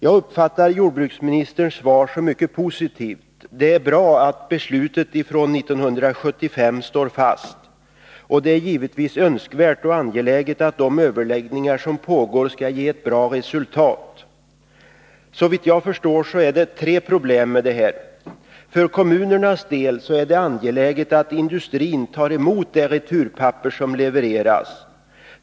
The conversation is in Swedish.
Jag uppfattar jordbruksministerns svar som mycket positivt. Det är bra att beslutet från 1975 står fast. Det är givetvis önskvärt och angeläget att de överläggningar som pågår skall ge ett bra resultat. Såvitt jag förstår finns det tre problem i det här sammanhanget: För det första är det för kommunernas del angeläget att industrin tar emot det returpapper som levereras.